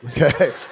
okay